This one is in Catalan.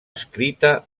escrita